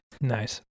Nice